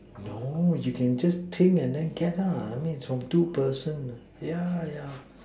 no you can just think and then get lah I mean its from two person ya ya